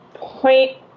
point